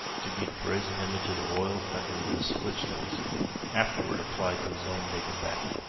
to beat a brazen image of the royal offender with a switch that was afterward applied to his own naked back.